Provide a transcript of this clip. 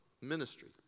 ministry